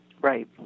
Right